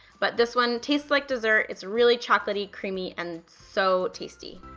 but this one tastes like dessert, it's really chocolatey, creamy, and so tasty.